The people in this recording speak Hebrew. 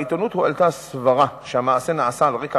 בעיתונות הועלתה סברה שהמעשה נעשה על רקע